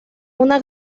una